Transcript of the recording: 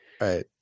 Right